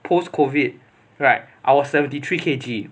post COVID right I was seventy three K_G